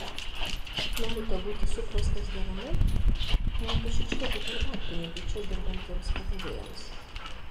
norite būti suprastas deramai nepašykštėkite arbatpinigių čia dirbantiems padavėjams